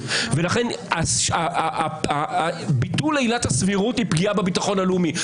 לכן ביטול עילת הסבירות היא פגיעה בביטחון הלאומי,